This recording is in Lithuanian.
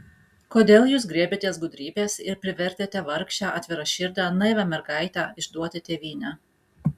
kodėl jūs griebėtės gudrybės ir privertėte vargšę atviraširdę naivią mergaitę išduoti tėvynę